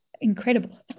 incredible